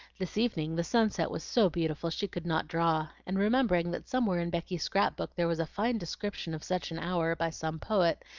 this evening the sunset was so beautiful she could not draw, and remembering that somewhere in becky's scrap-book there was a fine description of such an hour by some poet,